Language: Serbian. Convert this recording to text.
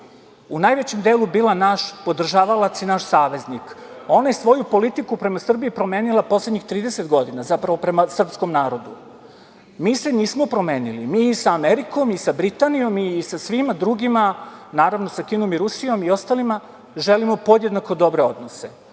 u najvećem delu bila naš podržavalac i naš saveznik. Ona je svoju politiku prema Srbiji promenila poslednjih 30 godina, zapravo prema srpskom narodu. Mi se nismo promenili, mi ni sa Amerikom, ni sa Britanijom i sa svima drugima, naravno sa Kinom i Rusijom i ostalima želimo podjednako dobre odnose,